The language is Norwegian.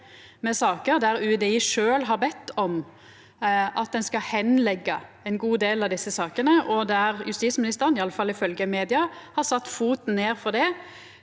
med saker der UDI sjølv har bede om at ein skal leggja bort ein god del av desse sakene, og der justisministeren – iallfall ifølgje media – har sett foten ned for det